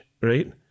right